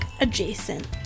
Adjacent